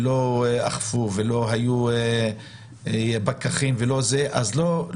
לא אכפו ולא היו פקחים, לא צריך